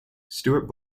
stuart